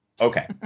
okay